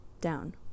Down